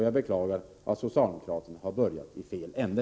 Jag beklagar att socialdemokraterna har börjat i fel ända.